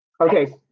okay